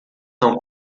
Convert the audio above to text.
são